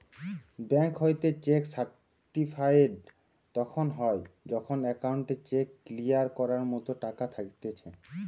bank হইতে cheque certified তখন হয় যখন অ্যাকাউন্টে চেক ক্লিয়ার করার মতো টাকা থাকতিছে